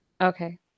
Okay